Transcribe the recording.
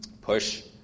Push